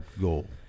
goal